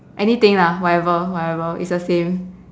anything lah whatever whatever is the same